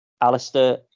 Alistair